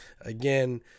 again